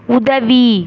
உதவி